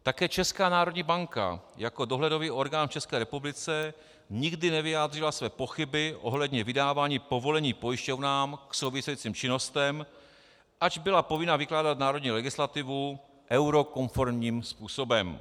Také Česká národní banka jako dohledový orgán v České republice nikdy nevyjádřila své pochyby ohledně vydávání povolení pojišťovnám k souvisejícím činnostem, ač byla povinna vykládat národní legislativu eurokonformním způsobem.